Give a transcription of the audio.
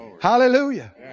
Hallelujah